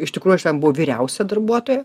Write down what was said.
iš tikrų aš ten buvau vyriausia darbuotoja